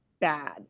bad